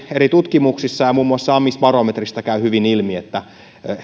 eri tutkimuksissa on osoitettu muun muassa amisbarometristä käy hyvin ilmi että